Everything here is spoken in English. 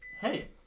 Hey